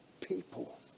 people